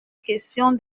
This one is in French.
question